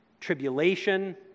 tribulation